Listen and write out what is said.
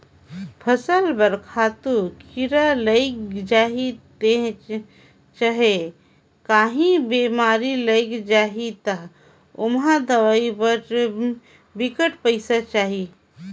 फसल बर खातू, कीरा लइग जाही चहे काहीं बेमारी लइग जाही ता ओम्हां दवई बर बिकट पइसा चाही